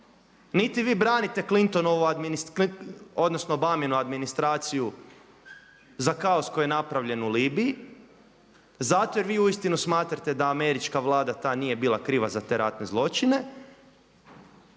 niti vi branite obaminu administraciju za kaos koji je napravljen u Libiji zato jer vi uistinu smatrate da američka vlada ta nije bila kriva za te ratne zločine,